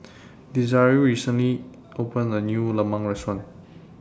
Desiree recently opened A New Lemang Restaurant